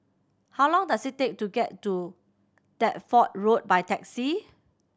how long does it take to get to Deptford Road by taxi